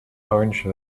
orange